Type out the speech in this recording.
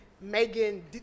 Megan